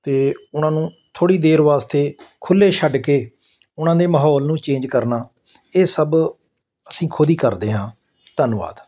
ਅਤੇ ਉਹਨਾਂ ਨੂੰ ਥੋੜ੍ਹੀ ਦੇਰ ਵਾਸਤੇ ਖੁੱਲ੍ਹੇ ਛੱਡ ਕੇ ਉਹਨਾਂ ਦੇ ਮਾਹੌਲ ਨੂੰ ਚੇਂਜ ਕਰਨਾ ਇਹ ਸਭ ਅਸੀਂ ਖੁਦ ਹੀ ਕਰਦੇ ਹਾਂ ਧੰਨਵਾਦ